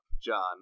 John